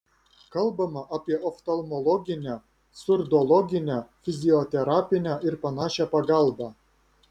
kalbama apie oftalmologinę surdologinę fizioterapinę ir panašią pagalbą